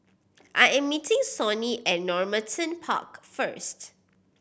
I am meeting Sonny at Normanton Park first